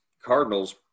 Cardinals